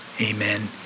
Amen